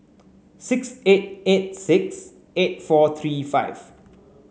six eight eight six eight four three five